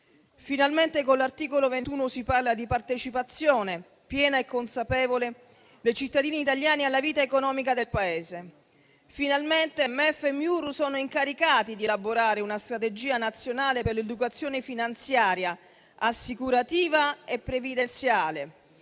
Finalmente, con l'articolo 21 si parla di partecipazione piena e consapevole dei cittadini italiani alla vita economica del Paese. Finalmente, MEF e Miur sono incaricati di elaborare una strategia nazionale per l'educazione finanziaria, assicurativa e previdenziale.